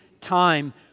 time